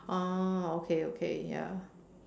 ah okay okay ya